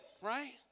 right